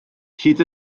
hyd